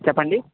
చెప్పండి